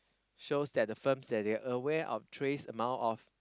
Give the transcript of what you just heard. shows that the firms that they aware of trace amounts of